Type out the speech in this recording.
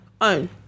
own